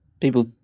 people